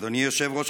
אדוני היושב-ראש,